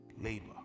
labor